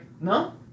No